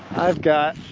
i've got